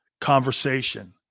conversation